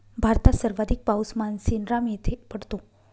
भारतात सर्वाधिक पाऊस मानसीनराम येथे पडतो